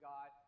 God